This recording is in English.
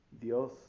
Dios